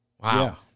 Wow